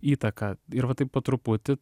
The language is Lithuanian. įtaką ir va taip po truputį